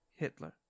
Hitler